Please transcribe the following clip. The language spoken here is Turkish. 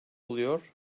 oluyor